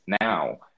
now